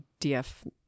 DF